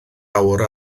awr